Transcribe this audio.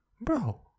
Bro